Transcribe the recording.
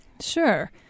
Sure